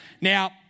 now